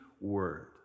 word